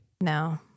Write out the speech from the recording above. No